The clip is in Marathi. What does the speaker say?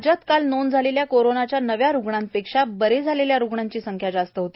राज्यात काल नोंद झालेल्या कोरोनाच्या नव्या रुग्णांपेक्षा बरे झालेल्या रुग्णांची संख्या जास्त होती